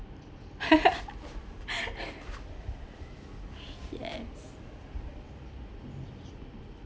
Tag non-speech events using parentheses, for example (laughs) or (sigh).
(laughs) yes